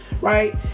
right